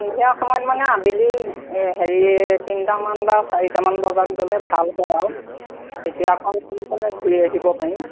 সন্ধিয়া সময়ত মানে আবেলি হেৰি তিনিটামান বা চাৰিটা মান বজাত গ'লে ভাল পাওঁ আৰু তেতিয়া সোনকালে ঘূৰি আহিব পাৰিম